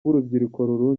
urubyiruko